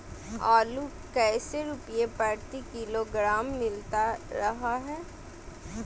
आलू कैसे रुपए प्रति किलोग्राम मिलता रहा है?